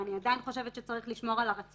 ואני עדיין חושבת שצריכים לשמור על הרציונל,